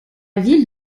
ville